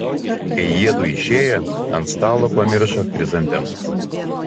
kai jiedu išėjo ant stalo pamiršo chrizantemas